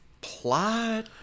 plot